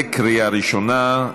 בקריאה ראשונה.